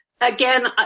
again